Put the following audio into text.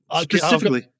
specifically